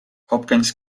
hopkins